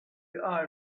the